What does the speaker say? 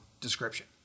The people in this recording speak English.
description